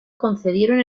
concedieron